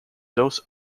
dos